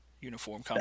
uniform